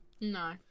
no